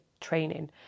training